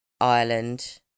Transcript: Ireland